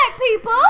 people